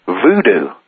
voodoo